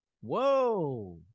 Whoa